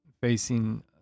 facing